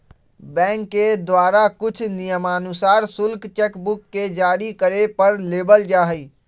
bank के द्वारा कुछ नियमानुसार शुल्क चेक बुक के जारी करे पर लेबल जा हई